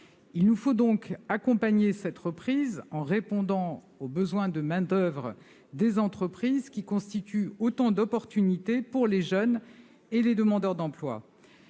Il nous faut donc accompagner cette reprise en répondant aux besoins de main-d'oeuvre des entreprises, qui constituent autant d'opportunités pour les jeunes et les demandeurs d'emploi.